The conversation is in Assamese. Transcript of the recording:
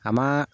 আমাৰ